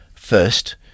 First